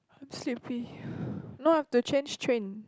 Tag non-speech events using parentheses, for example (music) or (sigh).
I'm sleepy (breath) no I have to change train